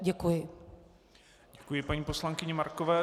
Děkuji paní poslankyni Markové.